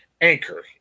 Anchor